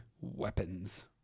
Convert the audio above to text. weapons